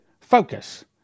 Focus